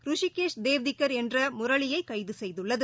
ருஷிகேஷ் தேவ்திக்கா் என்ற முரளி யை கைது செய்துள்ளது